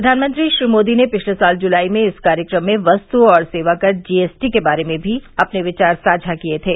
प्रधानमंत्री श्री मोदी ने पिछले साल जुलाई में इस कार्यक्रम में वस्तु और सेवा कर जीएसटी के बारे में भी अपने विचार साझा किए थे